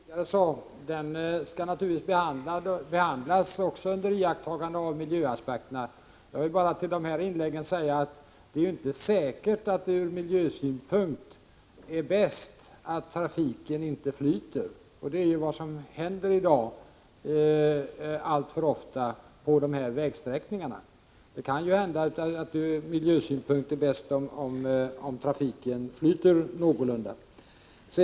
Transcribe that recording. Herr talman! Som jag tidigare sade skall den här vägfrågan naturligtvis behandlas också under iakttagande av miljöaspekterna. Jag vill bara med anledning av de senaste inläggen säga att det ju inte är säkert att det ur miljösynpunkt är bäst att trafiken inte flyter. Det är vad som i dag alltför ofta inträffar på de aktuella vägsträckorna. Det kan ju hända att det ur miljösynpunkt är bäst om trafiken flyter någorlunda väl.